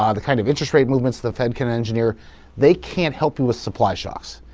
ah the kind of interest rate movements the fed can engineer they can't help you with supply shocks,